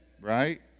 right